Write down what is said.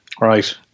right